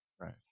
Right